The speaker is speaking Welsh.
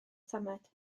tamaid